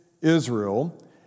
Israel